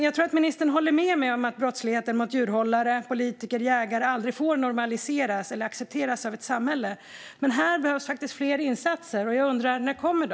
Jag tror att ministern håller med mig om att brottsligheten mot djurhållare, politiker och jägare aldrig får normaliseras eller accepteras av ett samhälle. Men här behövs fler insatser. När kommer de?